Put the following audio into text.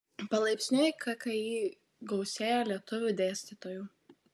palaipsniui kki gausėjo lietuvių dėstytojų